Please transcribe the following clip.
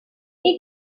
est